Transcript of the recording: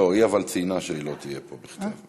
אבל היא ציינה שהיא לא תהיה פה בכלל.